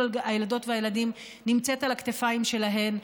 הילדות והילדים נמצאים על הכתפיים שלהן,